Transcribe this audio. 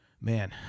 man